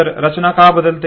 तर रचना का बदलते